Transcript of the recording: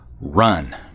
run